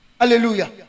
Hallelujah